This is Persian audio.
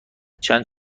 چند